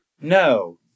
No